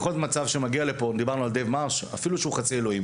אם דיברנו על דייב מארש אפילו שהוא חצי אלוהים